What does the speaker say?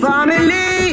Family